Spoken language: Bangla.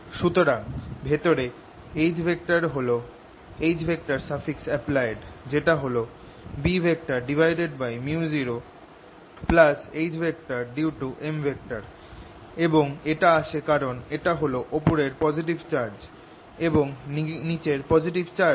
সুতরাং ভেতরে H হল Happlied যেটা হল Bµ0 H due to M এবং এটা আসে কারণ এটা হল ওপরের পজিটিভ চার্জ এবং নিচের নেগেটিভ চার্জ